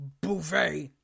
bouvet